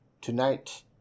Tonight